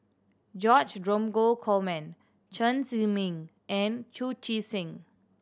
George Dromgold Coleman Chen Zhiming and Chu Chee Seng